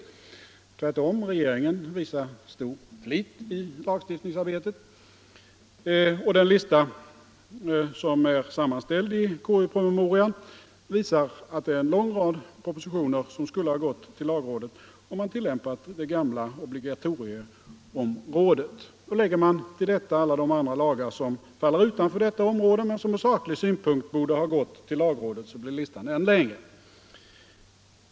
Tvärtom. Regeringen visar stor flit i lagstiftningsarbetet. Den lista som är sammanställd i KU-promemorian visar att en lång rad propositioner skulle ha gått till lagrådet, om man tillämpat det gamla obligatorieområdet. Lägger man till detta alla de andra lagar som faller utanför detta område men som från saklig synpunkt borde ha gått till lagrådet, så blir listan än längre.